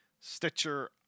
Stitcher